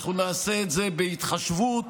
נעשה את זה בהתחשבות,